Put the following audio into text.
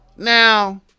Now